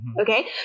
Okay